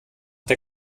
der